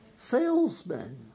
salesmen